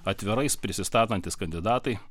atvirais prisistatantis kandidatai